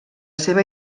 seva